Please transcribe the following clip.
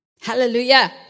Hallelujah